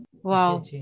wow